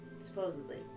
supposedly